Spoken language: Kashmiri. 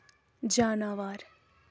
جاناوار